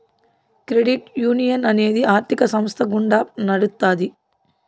credit union అనేది ఆర్థిక సంస్థ గుండా నడుత్తాది